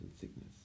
sickness